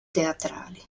teatrali